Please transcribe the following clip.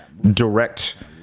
direct